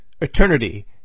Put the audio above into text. Eternity